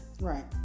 Right